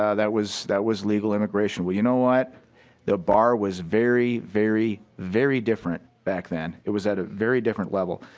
ah that was that was illegal immigration. what you know the bar was very very very different back then. it was at a very different level.